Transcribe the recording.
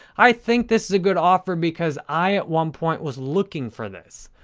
i think this is a good offer because i, at one point, was looking for this.